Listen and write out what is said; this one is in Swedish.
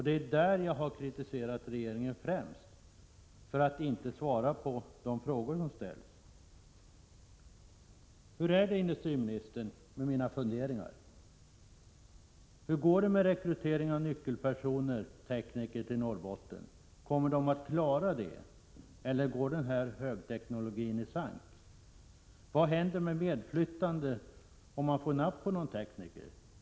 Det är vad jag främst har kritiserat regeringen för, att den inte svarar på de frågor som ställs. Hur är det med mina funderingar, industriministern? Hur går det med rekryteringen av nyckelpersoner, tekniker, till Norrbotten? Kommer man att klara rekryteringen, eller går högteknologin i sank? Vad händer med de medflyttande, om man nu får napp på någon tekniker?